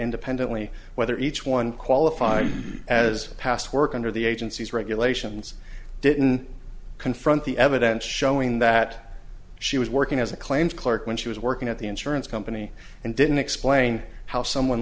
independently whether each one qualifies as past work under the agency's regulations didn't confront the evidence showing that she was working as a claims clerk when she was working at the insurance company and didn't explain how someone